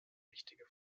wichtige